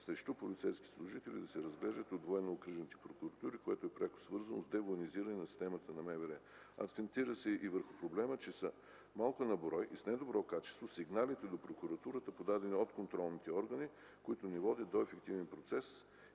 срещу полицейските служители да се разглеждат от военноокръжните прокуратури, което е пряко свързано с девоенизирането на системата на МВР. Акцентира се и върху проблема, че са малко на брой и с недобро качество са сигналите до прокуратурата, подадени от контролните органи, които не водят до ефективен процес